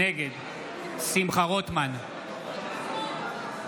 נגד שמחה רוטמן, נגד עידן רול, אינו נוכח אפרת